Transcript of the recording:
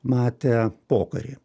matę pokarį